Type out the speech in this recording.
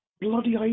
bloody